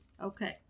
Okay